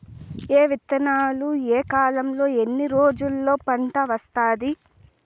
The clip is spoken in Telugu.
ఏ విత్తనాలు ఏ కాలంలో ఎన్ని రోజుల్లో పంట వస్తాది?